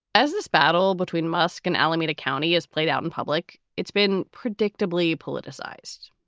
as this battle between mosque and alameda county is played out in public, it's been predictably politicized.